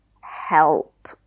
help